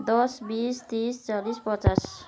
दस बिस तिस चालिस पचास